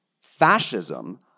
fascism